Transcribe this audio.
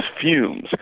fumes